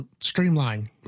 streamline